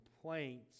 complaints